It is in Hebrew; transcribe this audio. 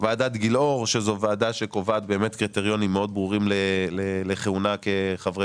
ועדה שקובעת קריטריונים מאוד ברורים לכהונה כחברי